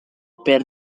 per